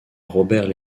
robert